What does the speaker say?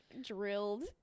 drilled